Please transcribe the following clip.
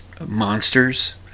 monsters